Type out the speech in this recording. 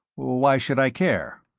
why should i care?